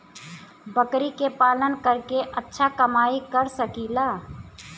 बकरी के पालन करके अच्छा कमाई कर सकीं ला?